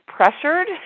pressured